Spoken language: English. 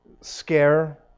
scare